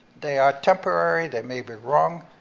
they are temporary, they may be wrong,